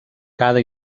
cada